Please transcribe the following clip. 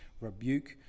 rebuke